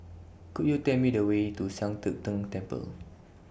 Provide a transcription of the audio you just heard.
Could YOU Tell Me The Way to Sian Teck Tng Temple